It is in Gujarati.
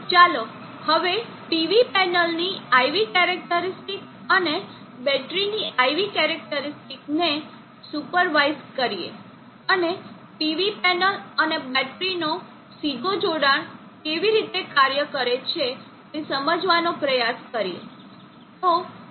ચાલો હવે PV પેનલની IV કેરેકટરીસ્ટીક અને બેટરીની IV કેરેકટરીસ્ટીક ને સુપરવાઇઝ કરીએ અને PV પેનલ અને બેટરીનો સીધો જોડાણ કેવી રીતે કાર્ય કરે છે તે સમજવાનો પ્રયાસ કરીએ